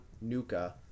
Nuka